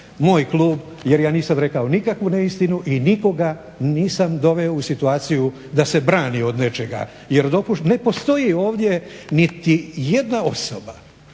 moj klub jer ja nisam rekao nikakvu neistinu i nikoga nisam doveo u situaciju da se brani od nečega. Ne postoji ovdje niti jedna osoba